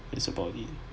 that's about it